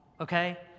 Okay